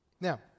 Now